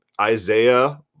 Isaiah